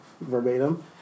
verbatim